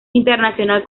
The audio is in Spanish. internacional